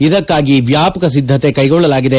ಇದಕ್ಕಾಗಿ ವ್ಯಾಪಕ ಸಿದ್ಗತೆ ಕೈಗೊಳ್ಲಲಾಗಿದೆ